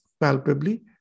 palpably